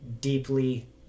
deeply